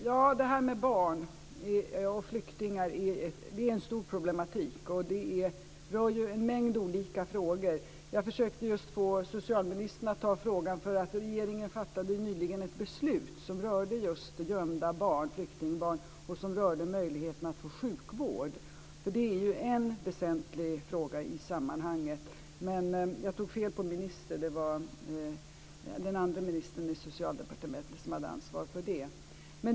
Fru talman! Barn och flyktingar är en stor problematik, och det rör en mängd olika frågor. Jag försökte just få socialministern att ta frågan, därför att regeringen fattade nyligen ett beslut som rör just gömda flyktingbarn och möjligheterna att få sjukvård. Det är ju en väsentlig fråga i sammanhanget. Men jag tog fel på minister; det är den andra ministern i Socialdepartementet som har ansvaret för det.